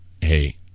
hey